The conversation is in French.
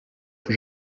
que